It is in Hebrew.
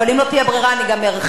אבל אם לא תהיה ברירה אני גם ארחיק.